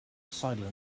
silently